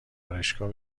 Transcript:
آرایشگاه